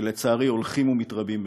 שלצערי הולכים ומתרבים בקרבנו.